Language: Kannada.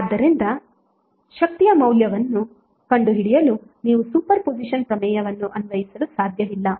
ಆದ್ದರಿಂದ ಶಕ್ತಿಯ ಮೌಲ್ಯವನ್ನು ಕಂಡುಹಿಡಿಯಲು ನೀವು ಸೂಪರ್ ಪೊಸಿಷನ್ನ್ ಪ್ರಮೇಯವನ್ನು ಅನ್ವಯಿಸಲು ಸಾಧ್ಯವಿಲ್ಲ